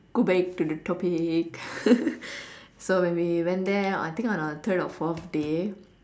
go back to the topic so when we went there I think on the third or fourth day